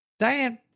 Diane